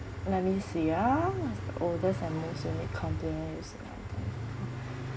let me see ah oddest and most unique compliment is um